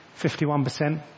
51%